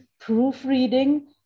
proofreading